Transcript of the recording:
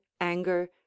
anger